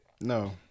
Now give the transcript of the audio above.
No